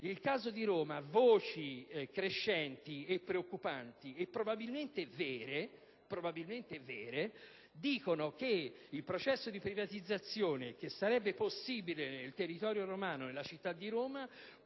il caso di Roma. Voci crescenti, preoccupanti e probabilmente vere, sostengono che il processo di privatizzazione, che sarebbe possibile nel territorio romano e nella città di Roma,